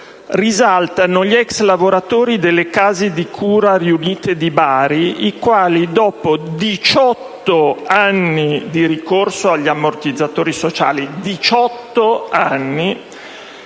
risaltano gli ex lavoratori delle Case di cura riunite di Bari i quali, dopo 18 anni - ripeto: 18 anni - di ricorso agli ammortizzatori sociali